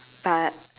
but